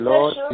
Lord